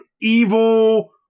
evil